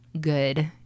good